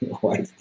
white,